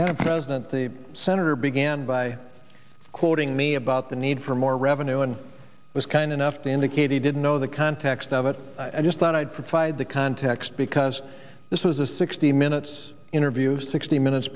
that a president the senator began by quoting me about the need for more revenue and was kind enough to indicate he didn't know the context of it i just thought i'd provide the context because this was a sixty minutes interview sixty minutes